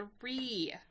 Three